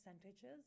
percentages